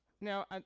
Now